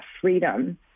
freedom